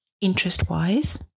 interest-wise